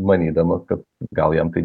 manydamas kad gal jam tai